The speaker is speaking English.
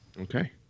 Okay